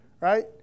right